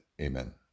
Amen